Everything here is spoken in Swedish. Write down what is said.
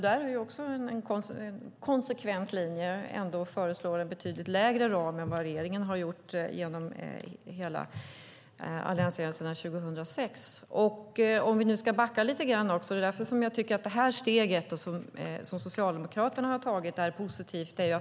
Där är det också en konsekvent linje; man föreslår en betydligt lägre ram än vad regeringen har gjort sedan 2006. Det är därför jag tycker att det steg Socialdemokraterna har tagit är positivt.